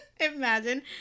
Imagine